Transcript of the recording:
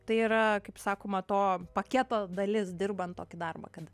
tai yra kaip sakoma to paketo dalis dirbant tokį darbą kad